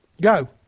go